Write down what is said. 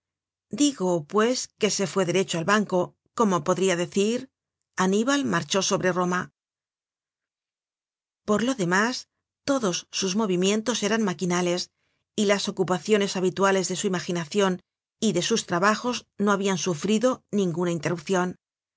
digo pues que se fué derecho al banco como podría decir annibal marchó sobre roma por lo demás todos sus movimientos eran maquinales y las ocupaciones habituales de su imaginacion y de sus trabajos no habian sufrido ninguna interrupcion